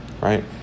right